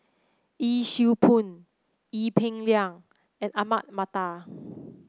Yee Siew Pun Ee Peng Liang and Ahmad Mattar